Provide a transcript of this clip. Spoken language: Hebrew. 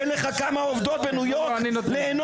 אין לך כמה עובדות בניו יורק לאנוס?